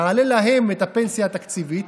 נעלה להם את הפנסיה התקציבית,